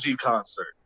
concert